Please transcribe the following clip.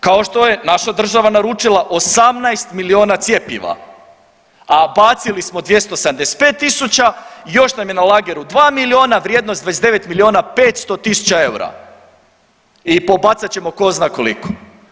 Kao što je naša država naručila 18 milijuna cjepiva, a bacili smo 275.000 i još nam je na lageru 2 milijuna vrijednost 29 milijuna 500 tisuća eura i pobacat ćemo ko zna koliko.